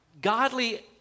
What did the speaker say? Godly